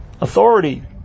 authority